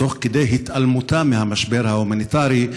תוך כדי התעלמותה מהמשבר ההומניטרי,